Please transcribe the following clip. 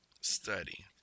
study